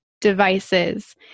devices